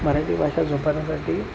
मराठी भाषा जोपासण्यासाठी